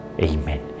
Amen